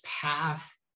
path